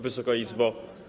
Wysoka Izbo!